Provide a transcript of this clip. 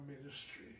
ministry